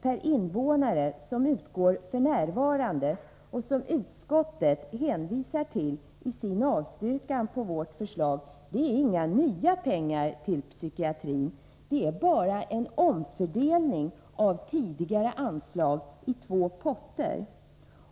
per invånare som utgår f. n. och som utskottet hänvisar till i sin avstyrkan av vårt förslag är inga nya pengar till psykiatrin. Det har bara gjorts en omfördelning av tidigare anslag till två potter.